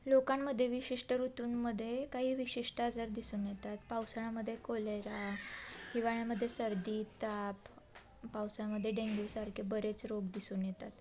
लोकांमध्ये विशिष्ट ऋतूंमध्ये काही विशिष्ट आजार दिसून येतात पावसाळ्यामध्ये कोलेरा हिवाळ्यामध्ये सर्दी ताप पावसामध्ये डेंग्यूसारखे बरेच रोग दिसून येतात